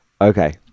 Okay